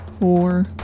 Four